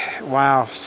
Wow